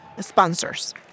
sponsors